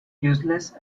useless